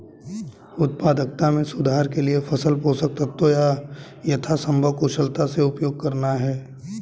उत्पादकता में सुधार के लिए फसल पोषक तत्वों का यथासंभव कुशलता से उपयोग करना है